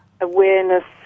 Awareness